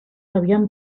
habían